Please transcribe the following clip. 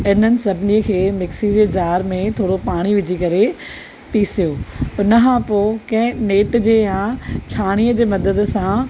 हिननि सभिनी खे मिक्सीअ जे जार में थोरो पाणी विझी करे पिसियो उन खां पोइ कंहिं नेट जे या छाणीअ जी मदद सां